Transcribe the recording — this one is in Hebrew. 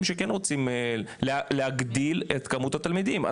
שכן רוצים להגדיל את כמות התלמידים.